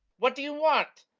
what do you want?